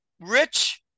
rich